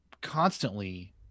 constantly